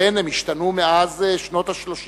כן, הם השתנו מאז שנות ה-30